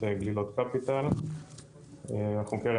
אנחנו קרן הון-סיכון שמשקיעה בחברות תוכנה.